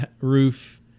roof